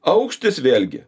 aukštis vėlgi